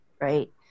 right